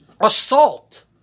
assault